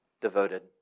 devoted